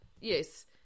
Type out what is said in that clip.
Yes